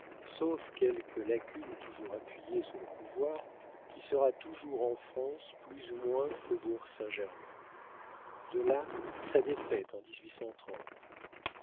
sauf quelques lacunes toujours appuyé sur le pouvoir qui sera toujours en france plus ou moins faubourg saint-germain de là sa défaite en